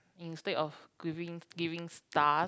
instead of giving giving stars